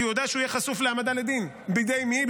כי הוא יודע שהוא יהיה חשוף להעמדה לדין, בידי מי?